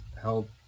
help